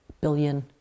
billion